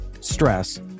stress